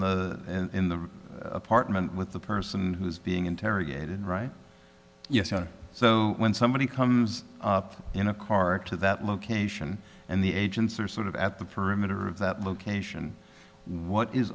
the in the apartment with the person who's being interrogated right yes and so when somebody comes up in a car to that location and the agents are sort of at the perimeter of that location what is